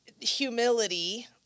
Humility